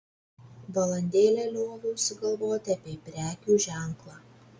valandėlę lioviausi galvoti apie prekių ženklą